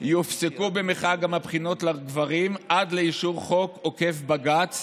יופסקו במחאה גם הבחינות לגברים עד לאישור חוק עוקף בג"ץ